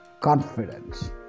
confidence